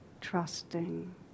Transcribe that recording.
trusting